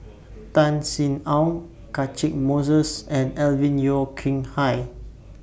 Tan Sin Aun Catchick Moses and Alvin Yeo Khirn Hai